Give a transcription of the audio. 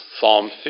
Psalm